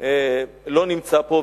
לא נמצא פה,